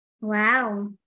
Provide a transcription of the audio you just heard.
Wow